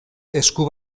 esku